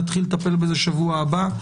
נתחיל לטפל בזה בשבוע הבא.